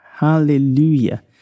Hallelujah